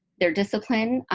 their discipline,